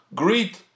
greet